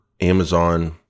Amazon